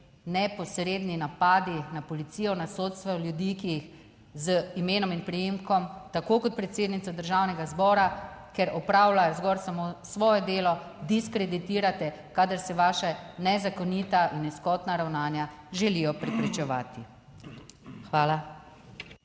neposredni napadi na policijo, na sodstvo, ljudi, ki jih z imenom in priimkom tako kot predsednica Državnega zbora, ker opravljajo zgolj samo svoje delo, diskreditirate kadar se vaša nezakonita in nizkotna ravnanja želijo preprečevati. Hvala.